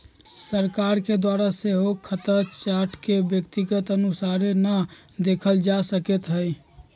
सरकार के द्वारा सेहो खता चार्ट के व्यक्तिगत अनुसारे न देखल जा सकैत हइ